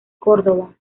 córdoba